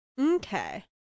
Okay